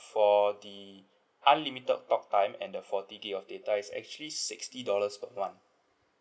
for the unlimited talk time and the forty gig of data it's actually sixty dollars per month